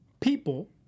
people